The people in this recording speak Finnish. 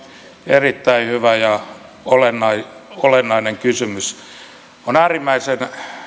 erittäin hyvä ja olennainen kysymys on äärimmäisen